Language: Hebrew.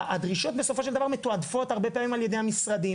הדרישות מתועדפות הרבה פעמים בסוף על ידי המשרדים.